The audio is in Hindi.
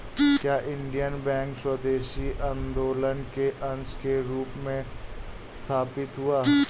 क्या इंडियन बैंक स्वदेशी आंदोलन के अंश के रूप में स्थापित हुआ?